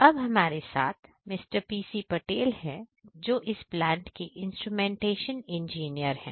अब हमारे साथ मिस्टर पीसी पटेल है जो इस प्लांट के इंस्ट्रूमेंटेशन इंजीनियर है